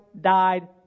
died